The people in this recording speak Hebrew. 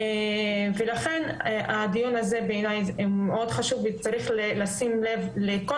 ולכן הדיון הזה בעיניי הוא מאוד חשוב וצריך לשים לב לכל